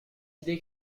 idées